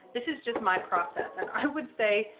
this is just my process and i would say,